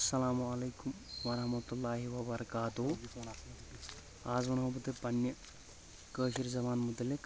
السلام عليكم ورحمة الله وبركاته آز ونہٕ ہو بہٕ تۄہہِ پننہِ کٲشِر زبانہِ مُتعلق